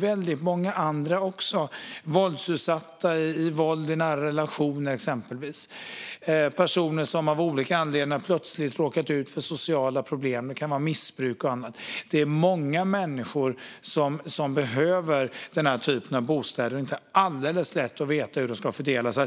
Väldigt många andra behöver också det, till exempel utsatta vid våld i nära relationer eller personer som av olika anledningar plötsligt råkat ut för sociala problem såsom missbruk och annat. Många människor behöver dessa bostäder, och det är inte alldeles lätt att veta hur de ska fördelas.